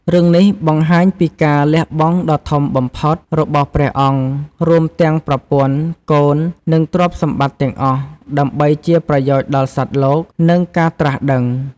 រឿងនេះបង្ហាញពីការលះបង់ដ៏ធំបំផុតរបស់ព្រះអង្គ រួមទាំងប្រពន្ធ កូន និងទ្រព្យសម្បត្តិទាំងអស់ ដើម្បីជាប្រយោជន៍ដល់សត្វលោក និងការត្រាស់ដឹង។